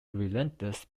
relentless